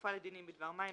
כפופה לדינים בדבר מים,